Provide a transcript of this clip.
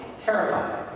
terrifying